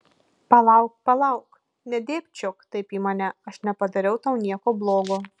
palauk palauk nedėbčiok taip į mane aš nepadariau tau nieko blogo